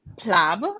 plab